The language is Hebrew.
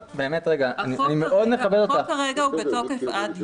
אני מאוד מכבד אותך --- החוק בתוקף עד יוני.